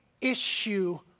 issue